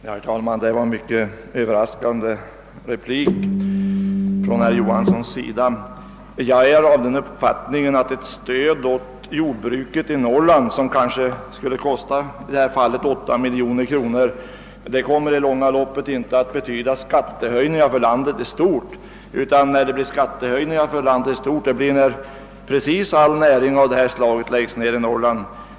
Herr talman! Det var en mycket överraskande replik från herr Johansons sida. Jag är av den uppfattningen att ett stöd åt jordbruket i Norrland, som i detta fall kanske skulle kosta 8 miljoner kronor, i det långa loppet inte kommer att betyda några skattehöjningar för landet i stort. Skattehöjningar för landet i stort blir det däremot fråga om, när en hel näring av detta slag läggs ned i Norrland.